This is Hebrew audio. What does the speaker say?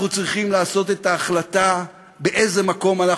אנחנו צריכים להחליט באיזה מקום אנחנו